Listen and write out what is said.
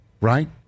Right